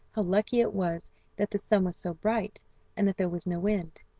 how lucky it was that the sun was so bright and that there was no wind,